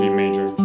major